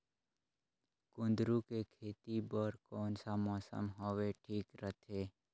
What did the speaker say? कुंदूरु के खेती बर कौन सा मौसम हवे ठीक रथे?